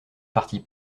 partit